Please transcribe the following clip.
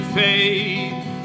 faith